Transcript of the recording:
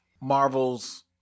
Marvel's